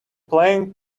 playing